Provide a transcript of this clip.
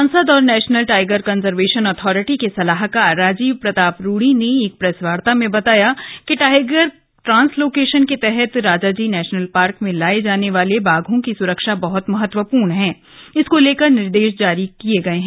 सांसद और national tiger conservation authority के सलाहकार राजीव प्रताप रूड़ी ने एक प्रेस वार्ता में बताया कि टाइगर ट्रांसलोकेशन के तहत राजाजी नेशनल पार्क में लाये जाने वाले बा ों की सुरक्षा बहत महत्वपूर्ण हण इसको लेकर निर्देश जारी किए गए हैं